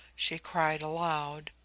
she cried aloud.